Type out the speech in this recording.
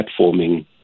platforming